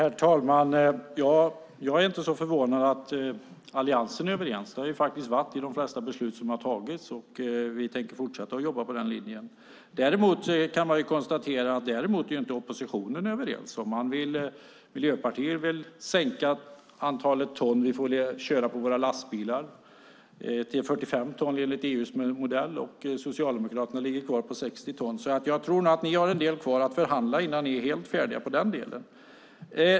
Herr talman! Jag är inte så förvånad att vi i Alliansen är överens. Det har vi faktiskt varit i de flesta beslut som har fattats, och vi tänker fortsätta jobba på den linjen. Däremot kan man konstatera att oppositionen inte är överens. Miljöpartiet vill sänka antalet ton som våra lastbilar får köra med till 45 ton, enligt EU:s modell, och Socialdemokraterna ligger kvar på 60 ton. Så jag tror nog att ni har en del kvar att förhandla innan ni är helt färdiga i den delen.